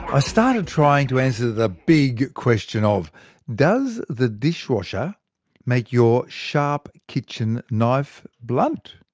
i started trying to answer the big question of does the dishwasher make your sharp kitchen knife blunt?